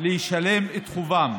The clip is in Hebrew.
לשלם את חובם.